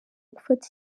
gufata